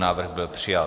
Návrh byl přijat.